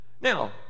Now